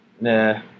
Nah